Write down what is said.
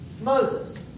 Moses